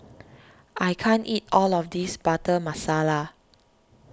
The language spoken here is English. I can't eat all of this Butter Masala